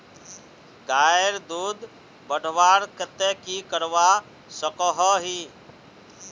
गायेर दूध बढ़वार केते की करवा सकोहो ही?